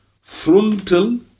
Frontal